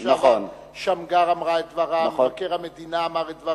לשעבר שמגר אמרה את דברה ומבקר המדינה אמר את דברו,